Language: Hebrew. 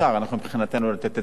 מבחינתנו לתת את זה מחר,